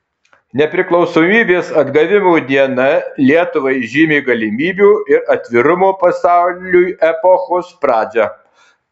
nepriklausomybės atgavimo diena lietuvai žymi galimybių ir atvirumo pasauliui epochos pradžią